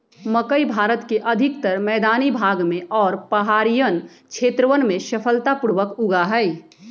मकई भारत के अधिकतर मैदानी भाग में और पहाड़ियन क्षेत्रवन में सफलता पूर्वक उगा हई